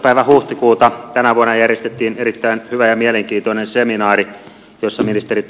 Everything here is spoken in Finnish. päivä huhtikuuta tänä vuonna järjestettiin erittäin hyvä ja mielenkiintoinen seminaari jossa ministeri